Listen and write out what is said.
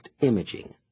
imaging